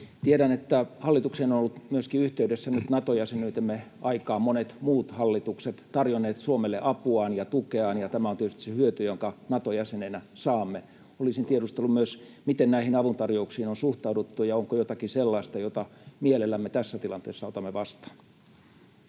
Tiedän, että hallitukseen ovat olleet yhteydessä nyt Nato-jäsenyytemme aikana myöskin monet muut hallitukset, tarjonneet Suomelle apuaan ja tukeaan. Tämä on tietysti se hyöty, jonka Nato-jäsenenä saamme. Olisin tiedustellut myös: miten näihin avuntarjouksiin on suhtauduttu, ja onko jotakin sellaista, jota mielellämme tässä tilanteessa otamme vastaan?